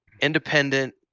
independent